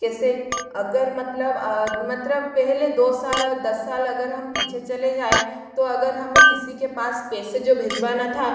जैसे अगर मतलब मतलब पहले दो साल और दस साल अगर हम पीछे चले जाएँ तो अगर हमें किसी के पास पैसे जो भिजवाना था